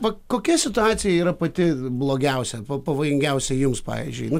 va kokia situacija yra pati blogiausia pa pavojingiausia jums pavyzdžiui